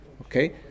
Okay